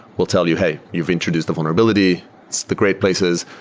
will tell you, hey, you've introduced the vulnerability. it's the great places,